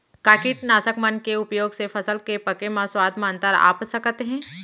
का कीटनाशक मन के उपयोग से फसल के पके म स्वाद म अंतर आप सकत हे?